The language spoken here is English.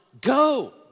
go